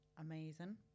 Amazing